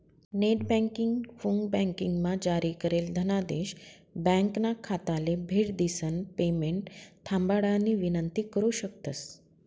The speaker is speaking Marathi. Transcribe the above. नेटबँकिंग, फोनबँकिंगमा जारी करेल धनादेश ब्यांकना खाताले भेट दिसन पेमेंट थांबाडानी विनंती करु शकतंस